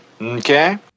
Okay